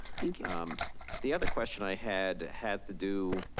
um the other question i had had to do